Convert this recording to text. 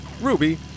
ruby